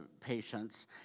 patients